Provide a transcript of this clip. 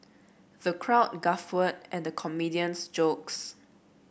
the crowd guffawed at the comedian's jokes